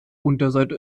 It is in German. unterseite